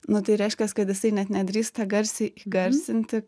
nu tai reiškias kad jisai net nedrįsta garsiai įgarsinti